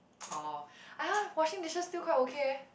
oh !huh! washing dishes still quite okay eh